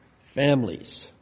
families